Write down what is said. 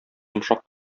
йомшак